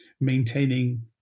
maintaining